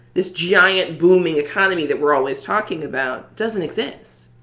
this giant booming economy that we're always talking about doesn't exist